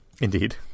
Indeed